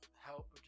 Help